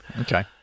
Okay